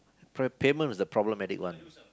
payment is the problematic one